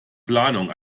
planung